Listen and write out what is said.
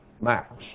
max